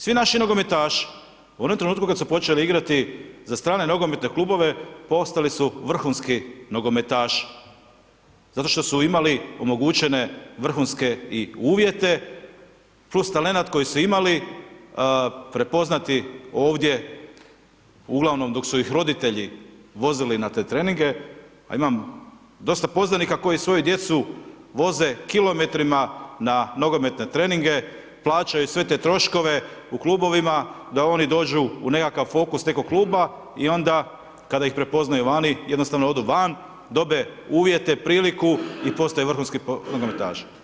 Svi naši nogometaši u onom trenutku kada su počeli igrati za strane nogometne klubove, postali su vrhunski nogometaši, zato što su imale omogućene vrhunske i uvijete plus talent koji su imali, prepoznati ovdje uglavnom dok su ih roditelji vozili na te treninge, a imam dosta poznanika koji svoju djecu voze kilometrima na nogometne treninge, plaćaju sve te troškove u klubovima, da oni dođu u nekakav fokus nekog kluba i onda kada ih prepoznaju vani, jednostavno odu van, dobe uvijete, priliku i postaju vrhunski nogometaši.